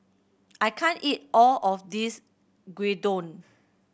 I can't eat all of this Gyudon